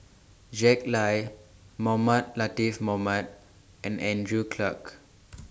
Jack Lai Mohamed Latiff Mohamed and Andrew Clarke